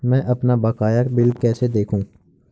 मैं अपना बकाया बिल कैसे देखूं?